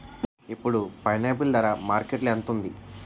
ఇప్పుడు పైనాపిల్ ధర మార్కెట్లో ఎంత ఉంది?